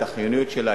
את החיוניות שלה,